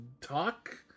talk